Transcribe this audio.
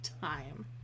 time